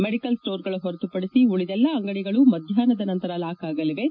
medical ಸ್ಟೋರ್ಗಳು ಹೊರತುಪಡಿಸಿ ಉಳಿದೆಲ್ಲಾ ಅಂಗಡಿಗಳು ಮಧ್ವಾಹ್ನದ ನಂತರ ಲಾಕ್ ಆಗಲಿವೆ